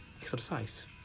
exercise